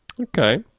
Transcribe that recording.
Okay